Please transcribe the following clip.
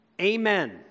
Amen